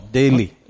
daily